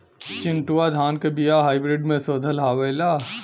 चिन्टूवा धान क बिया हाइब्रिड में शोधल आवेला?